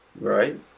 right